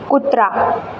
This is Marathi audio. कुत्रा